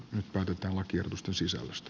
nyt päätetään lakiehdotusten sisällöstä